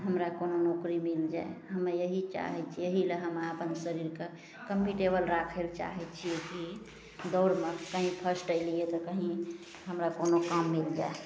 हमरा कोनो नौकरी मिलि जाए हमे इएह चाहै छिए एहिले हम अपन शरीरके कम्पिटिटेबल राखै लै चाहै छिए कि दौड़मे कहीँ फर्स्ट अएलिए तऽ कहीँ हमरा कोनो काम मिलि जाए